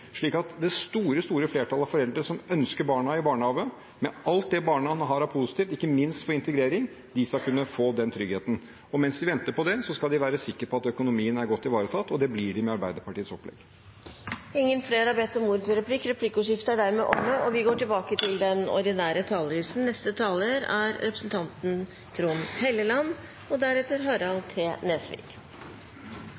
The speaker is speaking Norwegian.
slik at det store, store flertallet av foreldre som ønsker å ha barna i barnehage, med alt barnehagene har som er positivt, ikke minst for integrering, skal kunne få den tryggheten. Og mens de venter, skal de være sikre på at økonomien er godt ivaretatt, og det blir den med Arbeiderpartiets opplegg. Replikkordskiftet er omme. Vi visste allerede for fire år siden at norsk økonomi var sårbar, og at vi